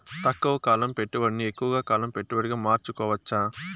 తక్కువ కాలం పెట్టుబడిని ఎక్కువగా కాలం పెట్టుబడిగా మార్చుకోవచ్చా?